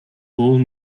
wohl